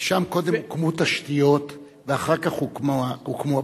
כי שם קודם הוקמו תשתיות ואחר כך הוקמו הבתים.